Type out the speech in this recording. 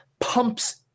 pumps